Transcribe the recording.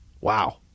Wow